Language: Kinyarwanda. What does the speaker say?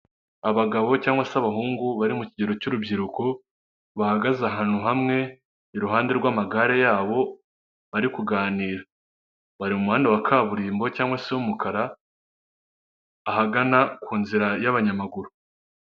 Muri gare ya Nyabugogo amatara bayacanye bigaragara ko bwije, abantu baracyari muri gare amamodoka ntabwo ari menshi cyane bigaragara ko aba bantu bashobora kuba babuze imodoka zibacyura ndetse ku ruhande hariho na bisi nini itwara abaturage.